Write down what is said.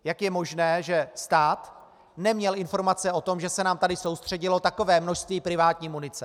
Jak je možné, že stát neměl informace o tom, že se nám tady soustředilo takové množství privátní munice?